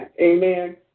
Amen